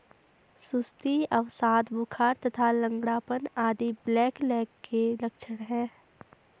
सुस्ती, अवसाद, बुखार तथा लंगड़ापन आदि ब्लैकलेग के लक्षण हैं